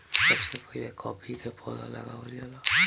सबसे पहिले काफी के पौधा लगावल जाला